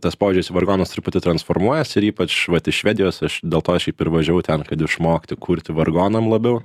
tas požiūris į vargonus truputį transformuojasi ir ypač vat iš švedijos aš dėl to šiaip ir važiavau ten kad išmokti kurti vargonam labiau